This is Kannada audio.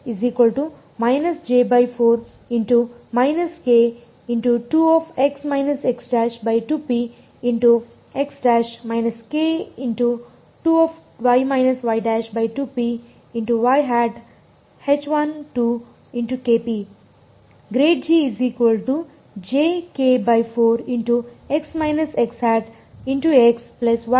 ಆದ್ದರಿಂದ ಈ ವೆಕ್ಟರ್ ಹೇಗಿರುತ್ತದೆ